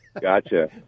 Gotcha